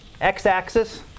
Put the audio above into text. x-axis